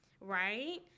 right